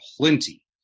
plenty